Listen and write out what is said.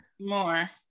more